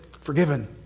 forgiven